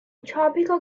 tropical